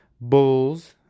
Bulls